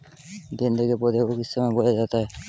गेंदे के पौधे को किस समय बोया जाता है?